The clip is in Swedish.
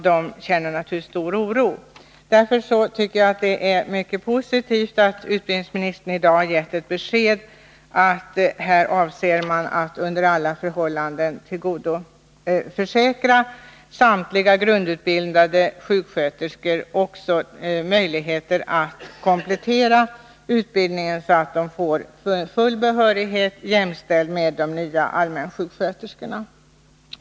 Därför är det mycket positivt att utbildningsministern i dag har gett besked om att man avser att under alla förhållanden tillförsäkra samtliga grundutbildade sjuksköterskor möjligheter att komplettera utbildningen, så att de får full behörighet, jämställd med de nya allmänsjuksköterskornas.